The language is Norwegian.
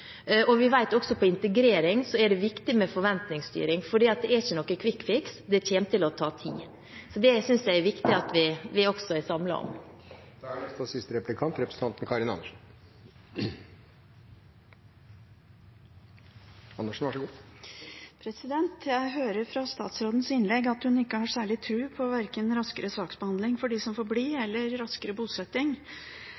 året vi er inne i – anslaget fra UDI er på 10 000–60 000 asylsøkere. Vi vet at også når det gjelder integrering, er det viktig med forventningsstyring, for det finnes ingen «quick fix», det kommer til å ta tid. Det synes jeg det er viktig at vi også er samlet om. Jeg hører av statsrådens innlegg at hun ikke har særlig tro verken på raskere saksbehandling for dem som